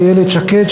איילת שקד,